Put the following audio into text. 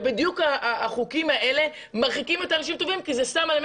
בדיוק החוקים האלה מרחיקים את האנשים הטובים כי זה שם עליהם